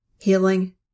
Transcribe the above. healing